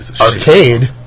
Arcade